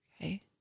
okay